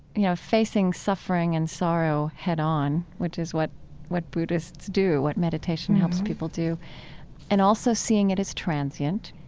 you know, facing suffering and sorrow head on which is what what buddhists do, what meditation helps people do and also seeing it as transient,